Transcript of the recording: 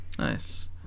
Nice